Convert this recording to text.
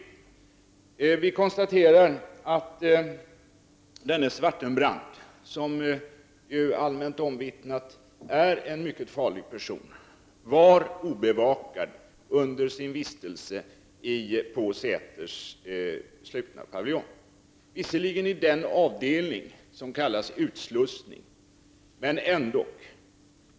Vi konstaterar att denne Svartenbrandt, som ju allmänt omvittnat är en mycket farlig person, var obevakad under sin vistelse på Säters slutna paviljong, visserligen på den avdelning som kallas utslussning, men ändå.